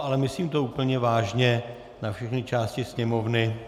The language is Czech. Ale myslím to úplně vážně na všechny části sněmovny!